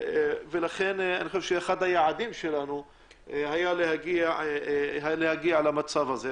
לכן אחד היעדים שלנו היה להגיע למצב הזה.